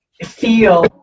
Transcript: feel